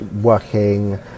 working